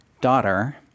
daughter